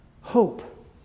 Hope